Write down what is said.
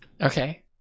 Okay